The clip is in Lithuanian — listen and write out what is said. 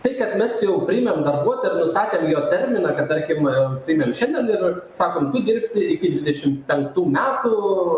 tai kad mes jau priėmėm darbuotoją ir nustatėm jo terminą kad tarkim taip mel šiandien ir sakom tu dirbsi iki dvidešimt penktų metų